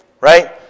right